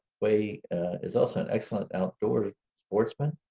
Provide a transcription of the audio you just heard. wei is also an excellent outdoor sportsman.